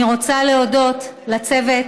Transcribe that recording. אני רוצה להודות לצוות